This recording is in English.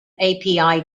api